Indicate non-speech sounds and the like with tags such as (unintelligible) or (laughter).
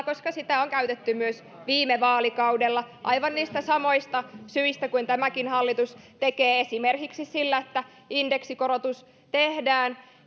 (unintelligible) koska sitä on käytetty myös viime vaalikaudella aivan niistä samoista syistä kuin tämäkin hallitus tekee esimerkiksi sillä että indeksikorotus tehdään